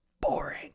boring